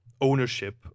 ownership